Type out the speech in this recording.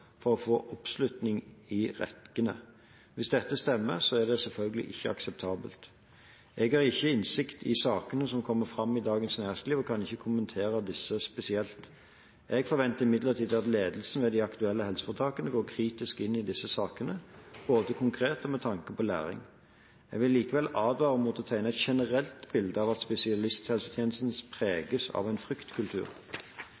for å få «oppslutning i rekkene». Hvis dette stemmer, er det selvfølgelig ikke akseptabelt. Jeg har ikke innsikt i sakene som kommer fram i Dagens Næringsliv og kan ikke kommentere disse spesielt. Jeg forventer imidlertid at ledelsen ved de aktuelle helseforetakene går kritisk inn i disse sakene – både konkret og med tanke på læring. Jeg vil likevel advare mot å tegne et generelt bilde av at spesialisthelsetjenesten